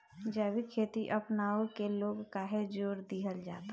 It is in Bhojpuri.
जैविक खेती अपनावे के लोग काहे जोड़ दिहल जाता?